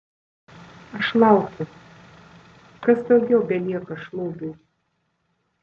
aš laukiu kas daugiau belieka šlubiui